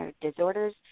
disorders